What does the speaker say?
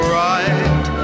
right